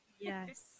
Yes